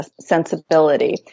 sensibility